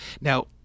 Now